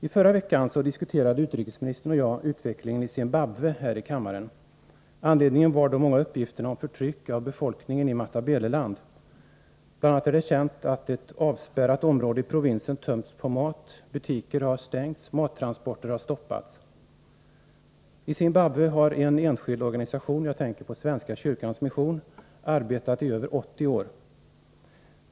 I förra veckan diskuterade utrikesministern och jag utvecklingen i Zimbabwe här i kammaren. Anledningen var de många uppgifterna om förtryck av befolkningen i Matabeleland. BI. a. är det känt att ett avspärrat område i provinsen tömts på mat, att butiker har stängts och att mattransporter har stoppats. I Zimbabwe har en enskild organisation — Svenska Kyrkans mission — arbetat i över 80 år.